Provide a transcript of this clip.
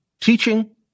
teaching